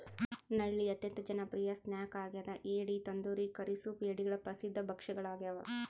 ನಳ್ಳಿ ಅತ್ಯಂತ ಜನಪ್ರಿಯ ಸ್ನ್ಯಾಕ್ ಆಗ್ಯದ ಏಡಿ ತಂದೂರಿ ಕರಿ ಸೂಪ್ ಏಡಿಗಳ ಪ್ರಸಿದ್ಧ ಭಕ್ಷ್ಯಗಳಾಗ್ಯವ